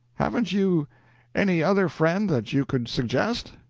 haven't you any other friend that you could suggest?